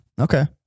Okay